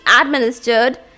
administered